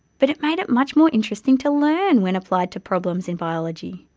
but it made it much more interesting to learn when applied to problems in biology.